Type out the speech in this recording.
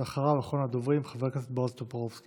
אחריו, אחרון הדוברים, חבר הכנסת בועז טופורובסקי.